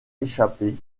échapper